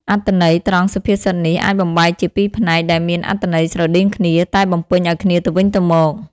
អត្ថន័យត្រង់សុភាសិតនេះអាចបំបែកជាពីរផ្នែក ដែលមានអត្ថន័យស្រដៀងគ្នា តែបំពេញឲ្យគ្នាទៅវិញទៅមក។